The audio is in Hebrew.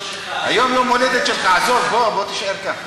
היום יום הולדת שלך, עזוב, בוא תישאר כאן,